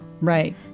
Right